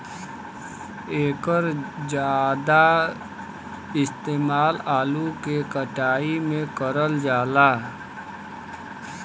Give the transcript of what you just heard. एकर जादा इस्तेमाल आलू के कटाई में करल जाला